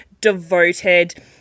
devoted